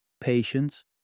patience